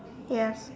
yes